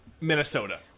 Minnesota